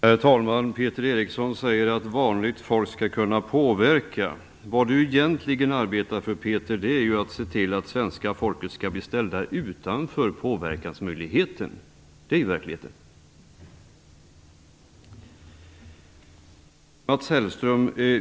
Herr talman! Peter Eriksson säger att vanligt folk skall kunna påverka. Vad han egentligen arbetar för är ju att se till att svenska folket skall bli ställt utanför påverkansmöjligheten. Det är verkligheten.